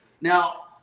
Now